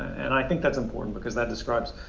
and i think that's important because that describes,